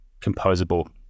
composable